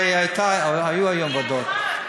הרי היו היום ועדות.